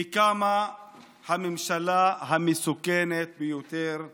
כי קמה הממשלה המסוכנת ביותר,